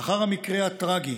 לאחר המקרה הטרגי